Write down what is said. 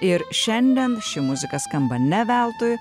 ir šiandien ši muzika skamba ne veltui